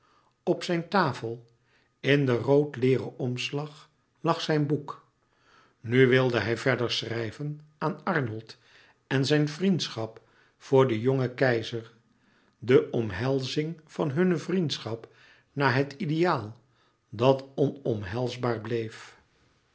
op zijn tafel in den roodleêren omslag lag zijn boek nu wilde hij verder schrijven aan arnold en zijn vriendschap voor den jongen keizer de omhelzing van hunne vriendschap na het ideaal dat onomhelsbaar bleef